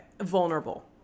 vulnerable